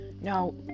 No